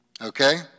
Okay